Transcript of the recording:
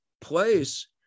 place